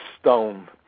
stone